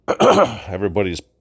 Everybody's